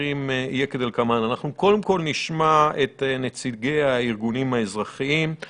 הדברים יהיה כדלקמן: אנחנו קודם כול נשמע את נציגי הארגונים האזרחיים;